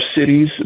cities